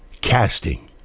casting